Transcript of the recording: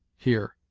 here,